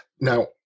now